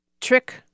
trick